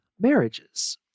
Marriages